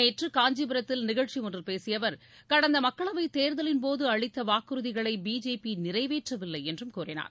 நேற்று காஞ்சிபுரத்தில் நிகழ்ச்சியொன்றில் பேசிய அவர் கடந்த மக்களவை தேர்தலின்போது அளித்த வாக்குறுதிகளை பிஜேபி நிறைவேற்றவில்லை என்றும் கூறினார்